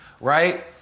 right